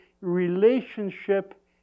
relationship